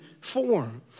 form